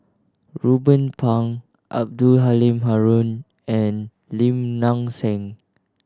Ruben Pang Abdul Halim Haron and Lim Nang Seng